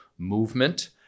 movement